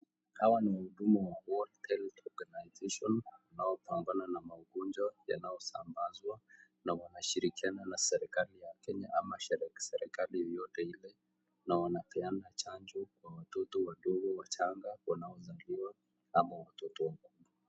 Hawa ni wahudumu wa World health organisation wanaohusiana na magonjwa yanayosamba na wanashirikiana na serekali ya Kenya ama serikali yeyote ile na wanapeana chanjo kwa watoto wadogo wachanga wanaozaliwa ama watoto wakubwa.